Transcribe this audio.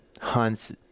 hunts